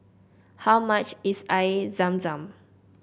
how much is Air Zam Zam